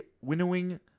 winnowing